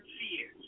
fear